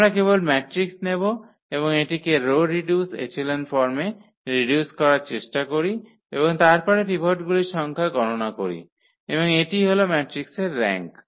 আমরা কেবল ম্যাট্রিক্স নেব এবং এটিকে রো রিডিউসড এচেলন ফর্মে রিডিউস করার চেষ্টা করি এবং তারপরে পিভটগুলির সংখ্যা গণনা করি এবং এটিই হল ম্যাট্রিক্সের র্যাঙ্ক